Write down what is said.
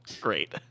great